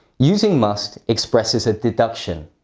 using must expresses a deduction.